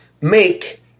make